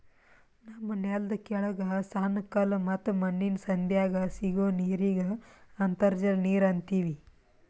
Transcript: ನಮ್ಮ್ ನೆಲ್ದ ಕೆಳಗ್ ಸಣ್ಣ ಕಲ್ಲ ಮತ್ತ್ ಮಣ್ಣಿನ್ ಸಂಧ್ಯಾಗ್ ಸಿಗೋ ನೀರಿಗ್ ಅಂತರ್ಜಲ ನೀರ್ ಅಂತೀವಿ